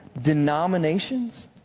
denominations